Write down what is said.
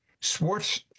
Sports